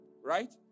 right